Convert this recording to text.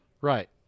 Right